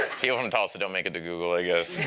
people from tulsa don't make it to google, i guess.